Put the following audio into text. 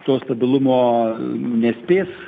to stabilumo nespės